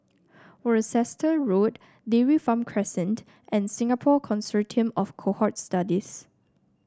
Worcester Road Dairy Farm Crescent and Singapore Consortium of Cohort Studies